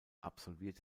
absolvierte